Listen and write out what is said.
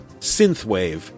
synthwave